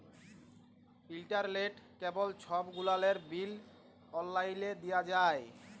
ইলটারলেট, কেবল ছব গুলালের বিল অললাইলে দিঁয়া যায়